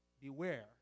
beware